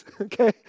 Okay